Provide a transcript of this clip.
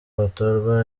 batorwa